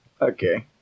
Okay